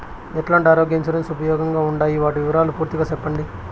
ఎట్లాంటి ఆరోగ్య ఇన్సూరెన్సు ఉపయోగం గా ఉండాయి వాటి వివరాలు పూర్తిగా సెప్పండి?